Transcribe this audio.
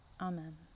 Amen